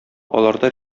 аларда